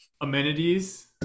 amenities